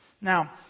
Now